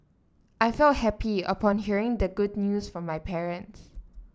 I felt happy upon hearing the good news from my parents